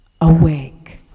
Awake